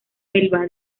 elba